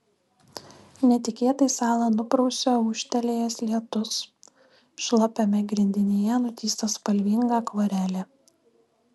netikėtai salą nuprausia ūžtelėjęs lietus šlapiame grindinyje nutįsta spalvinga akvarelė